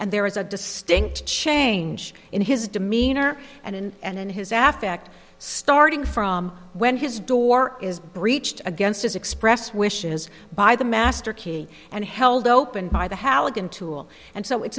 and there is a distinct change in his demeanor and in and in his aff act starting from when his door is breached against his expressed wishes by the masterkey and held open by the halligan tool and so it's